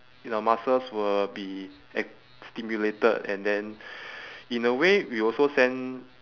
in our muscles will be ac~ stimulated and then in a way we also send